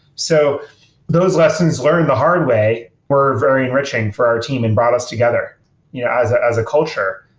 so those lessons learned the hard way were very enriching for our team and brought us together yeah as ah as a culture.